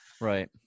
Right